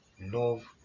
love